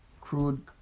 crude